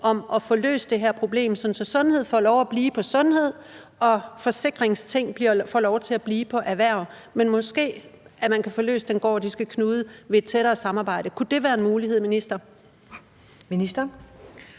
om at få løst det her problem, sådan at sundhed får lov at blive på sundhedsområdet, og at forsikringsting får lov til at blive på erhvervsområdet, men at man måske kan få løst den gordiske knude ved et tættere samarbejde. Kunne det være en mulighed, minister? Kl.